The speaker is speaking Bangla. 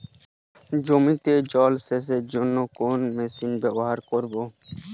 জমিতে জল সেচের জন্য কোন মেশিন ব্যবহার করব?